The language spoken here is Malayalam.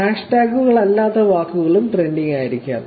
ഹാഷ്ടാഗുകളല്ലാത്ത വാക്കുകളും ട്രെൻഡിംഗ് ആയിരിക്കാം